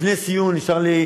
לפני סיום, נשארה לי